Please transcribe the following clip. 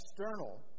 External